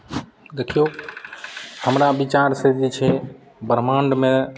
देखियौ हमरा विचारसँ जे छै ब्रमाण्डमे